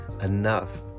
enough